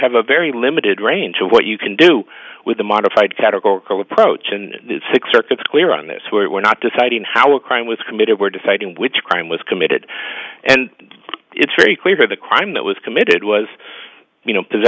have a very limited range of what you can do with a modified categorical approach and six circuits clear on this where we're not deciding how a crime was committed we're deciding which crime was committed and it's very clear the crime that was committed was you know